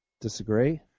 Disagree